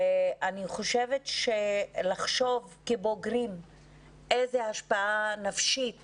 אני חושבת שלחשוב כבוגרים איזה השפעה נפשית